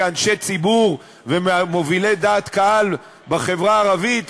כאנשי ציבור ומובילי דעת קהל בחברה הערבית,